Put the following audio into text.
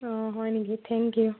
অঁ হয় নেকি থেংক ইউ